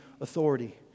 authority